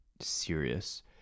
serious